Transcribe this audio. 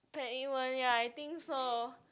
Perniwan ya I think so